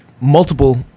multiple